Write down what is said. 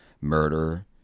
murder